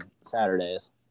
Saturdays